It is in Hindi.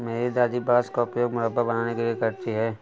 मेरी दादी बांस का उपयोग मुरब्बा बनाने के लिए करती हैं